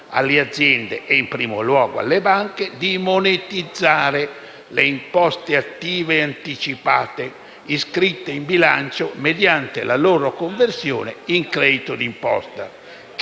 alle aziende e in primo luogo alle banche, di monetizzare le imposte attive anticipate iscritte in bilancio mediante la loro conversione in credito d'imposta,